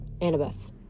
Annabeth